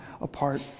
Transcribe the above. apart